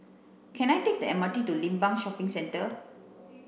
can I take the M R T to Limbang Shopping Centre